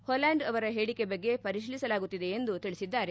Holland ಅವರ ಹೇಳಿಕೆ ಬಗ್ಗೆ ಪರಿಶೀಲಿಸಲಾಗುತ್ತಿದೆ ಎಂದು ತಿಳಿಸಿದ್ದಾರೆ